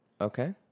Okay